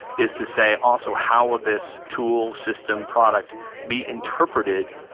it's to say also how will this tool system product be interpreted?